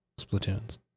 Splatoons